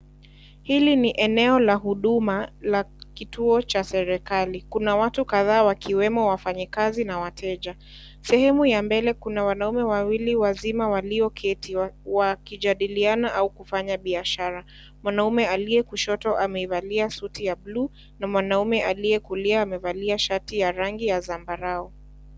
Hili ni eneo la huduma la kituo cha serikali, kuna watu kadhaa wakiwemo wafanyikazi na wateja, sehemu ya mbele kuna wanaume wawili wazima walioketi wakijadiliana au kufanya biashara, mwanaume aliyekushoto amevalia suti ya buluu na mwanaume aliyekulia amevalia shati ya rangi ya zambarau.